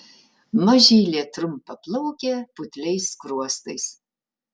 mažylė trumpaplaukė putliais skruostais